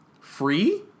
free